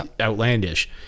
outlandish